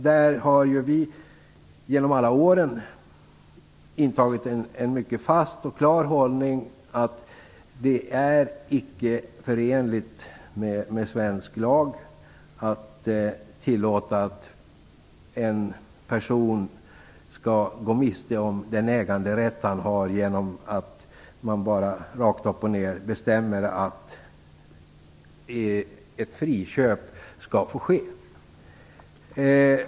Vi har genom alla år intagit en mycket fast och klar hållning, nämligen att det icke är förenligt med svensk lag att tillåta att en person skall gå miste om den äganderätt han har genom att man bara rakt upp och ned bestämmer att ett friköp skall få ske.